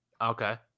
Okay